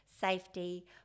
safety